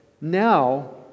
now